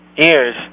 ears